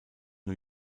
new